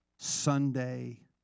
Sunday